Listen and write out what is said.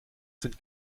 sind